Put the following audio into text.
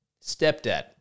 Stepdad